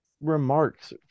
remarks